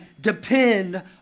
depend